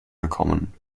gekommen